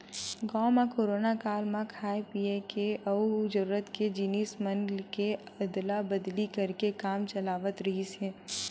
गाँव म कोरोना काल म खाय पिए के अउ जरूरत के जिनिस मन के अदला बदली करके काम चलावत रिहिस हे